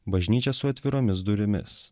bažnyčia su atviromis durimis